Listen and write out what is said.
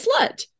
slut